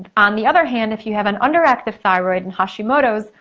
on the other hand, if you have an underactive thyroid and hashimoto's,